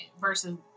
versus